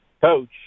coach